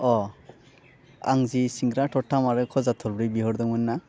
अह आं जे सिंग्रा थरथाम आरो खजा थरब्रै बिहरदोंमोनना